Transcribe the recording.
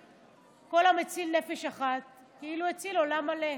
כל המציל נפש אחת כאילו הציל עולם מלא.